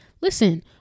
Listen